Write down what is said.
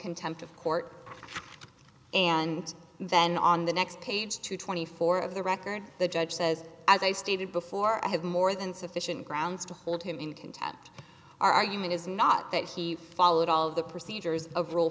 contempt of court and then on the next page to twenty four of the record the judge says as i stated before i have more than sufficient grounds to hold him in contempt our argument is not that he followed all of the procedures of rule